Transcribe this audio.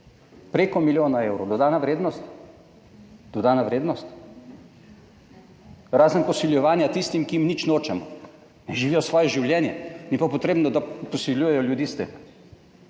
preko milijona evrov - dodana vrednost? dodana vrednost, razen posiljevanja tistim, ki jim nič nočemo in živijo svoje življenje. Ni pa potrebno, da posiljujejo ljudi s tem.